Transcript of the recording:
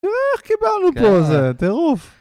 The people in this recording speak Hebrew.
איך קיבלנו את כל זה, טירוף